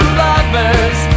lovers